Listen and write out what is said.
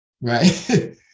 right